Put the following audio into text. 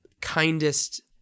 kindest